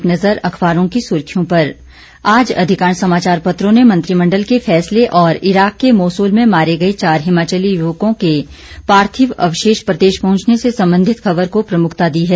एक नज़र अखबारों की सुर्खियों पर आज अधिकांश समाचार पत्रों ने मंत्रिमण्डल के फैसले और इराक के मोसूल में मारे गए चार हिमाचली युवकों के पार्थिव अवशेष प्रदेश पहुंचने से सम्बंधित खबर को प्रमुखता दी है